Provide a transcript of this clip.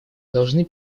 должны